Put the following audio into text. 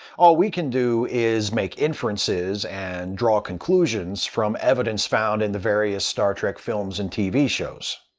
all we can do is make inferences and draw conclusions from evidence found in the various star trek films and tv shows.